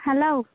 hello